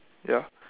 ya